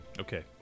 Okay